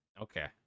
Okay